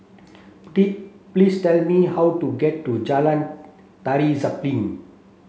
please tell me how to get to Jalan Tari Zapin